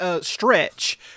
stretch